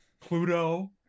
Pluto